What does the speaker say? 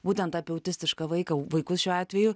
būtent apie autistišką vaiką vaikus šiuo atveju